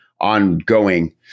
ongoing